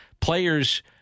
players